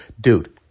dude